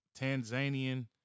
Tanzanian